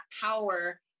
power